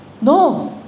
No